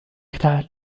تعال